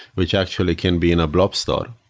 which actually can be in a blob store.